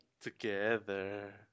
Together